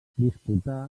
disputà